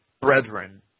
brethren